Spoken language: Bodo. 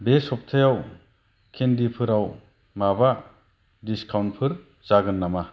बे सबथायाव केन्दिफोराव माबा डिसकाउन्टफोर जागोन नामा